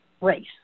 race